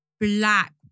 black